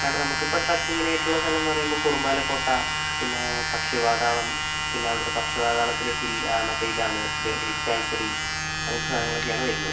madam നമുക്കിപ്പോൾ ട്രക്കിങ്ങിനായിട്ടുള്ള സ്ഥലമെന്ന് പറയുമ്പോൾ കുറുമ്പാലക്കോട്ട പിന്നെ പക്ഷിപാതാളം പിന്നെ അവിടുത്തെ പക്ഷി പാതാളത്തിലെ ഹിൽ മറ്റേ ഇതാണ് ബേർഡ് സാങ്ച്വറി അങ്ങനത്തെ സാധനങ്ങളൊക്കെയാണ് വരുന്നത്